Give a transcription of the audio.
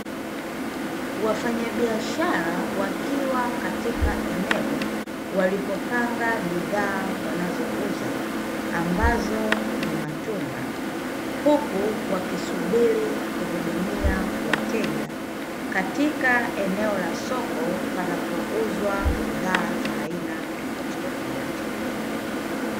Wafanyabiashara wakiwa katika eneo walipopanga bidhaa wanazouza ambazo ni matunda. Huku wakisubiri kuhudumia wateja katika eneo la soko linapouzwa bidhaa za aina tofautitofauti.